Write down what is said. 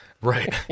right